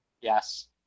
Yes